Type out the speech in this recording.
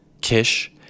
Kish